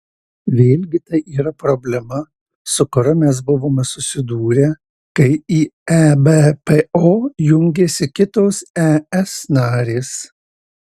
vėlgi tai yra problema su kuria mes buvome susidūrę kai į ebpo jungėsi kitos es narės